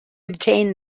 obtained